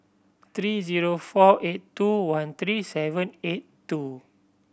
three zero four eight two one three seven eight two